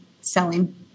selling